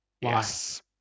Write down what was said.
yes